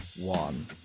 one